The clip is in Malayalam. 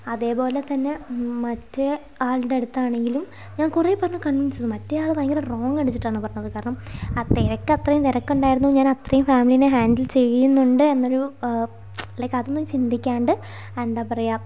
അതേപോലെ തന്നെ മറ്റേ ആളുടെ അടുത്താണെങ്കിലും ഞാൻ കുറേ പറഞ്ഞ് കൺവീൻസ് ചെയ്തു മറ്റേ ആൾ ഭയങ്കര റോങ്ങ് അടിച്ചിട്ടാണ് പറഞ്ഞത് കാരണം ആ തിരക്ക് അത്രയും തിരക്ക് ഉണ്ടായിരുന്നു ഞാൻ അത്രയും ഫാമിലീനെ ഹാൻഡിൽ ചെയ്യുന്നുണ്ട് എന്നൊരു ലൈക്ക് അതൊന്നും ചിന്തിക്കാണ്ട് എന്താ പറയുക